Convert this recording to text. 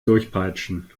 durchpeitschen